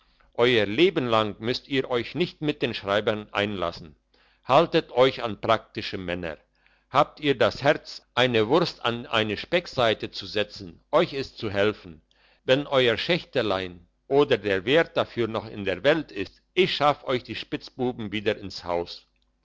euer lebelang müsst ihr euch nicht mit den schreibern einlassen haltet euch an praktische männer habt ihr das herz eine wurst an eine speckseite zu setzen euch ist zu helfen wenn euer schächtelein oder der wert dafür noch in der welt ist ich schaff euch die spitzbuben wieder ins haus